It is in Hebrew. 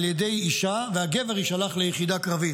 על ידי אישה, והגבר יישלח ליחידה קרבית".